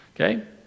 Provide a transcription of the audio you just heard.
Okay